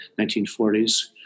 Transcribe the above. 1940s